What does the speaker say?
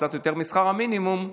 קצת יותר משכר המינימום,